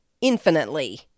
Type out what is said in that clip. infinitely